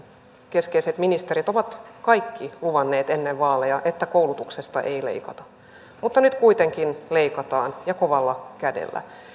keskeiset ministerit ovat kaikki luvanneet ennen vaaleja että koulutuksesta ei leikata mutta nyt kuitenkin leikataan ja kovalla kädellä